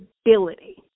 stability